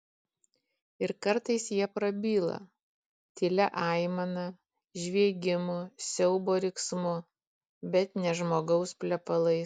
ir kartais jie prabyla tylia aimana žviegimu siaubo riksmu bet ne žmogaus plepalais